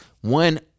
one